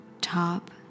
top